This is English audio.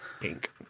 pink